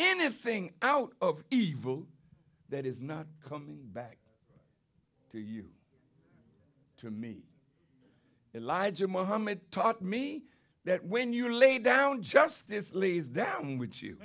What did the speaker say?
anything out of evil that is not coming back to you to me he lied to mohammed taught me that when you lay down justice leads them with you